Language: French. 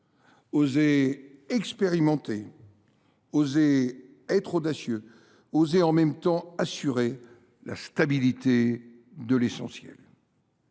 oser expérimenter, oser être audacieux, oser en même temps assurer la stabilité de l’essentiel.